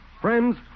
Friends